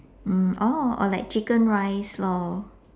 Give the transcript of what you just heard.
mm oh like chicken rice lor